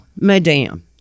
Madame